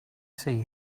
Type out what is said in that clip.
see